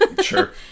Sure